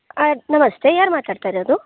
ಆಯ್ತು ನಮಸ್ತೆ ಯಾರು ಮಾತಾಡ್ತಾ ಇರೋದು